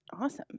Awesome